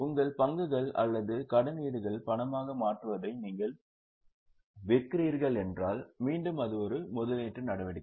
உங்கள் பங்குகள் அல்லது கடனீடுகளை பணமாக மாற்றுவதை நீங்கள் விற்கிறீர்கள் என்றால் மீண்டும் அது ஒரு முதலீட்டு நடவடிக்கை